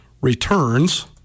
returns